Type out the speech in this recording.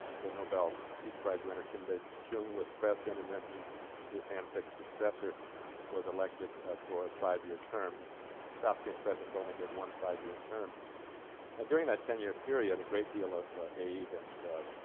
the nobel peace prize winner kim dae-jung was president and then he his hand-picked successor was elected ah. for a five-year term south korean presidents only get one five-year term during that ten-year period a great deal of ah. aid and